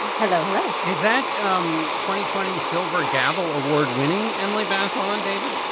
hello. hello. is that um twenty twenty silver gavel award winning emily maslon david?